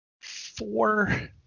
four